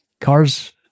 Cars